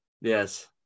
yes